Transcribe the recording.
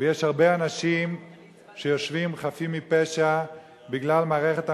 ויש הרבה אנשים חפים מפשע שיושבים בגלל מערכת המשפט,